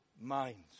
minds